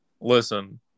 Listen